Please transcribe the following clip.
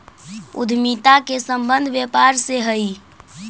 उद्यमिता के संबंध व्यापार से हई